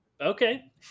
okay